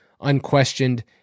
unquestioned